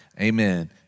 amen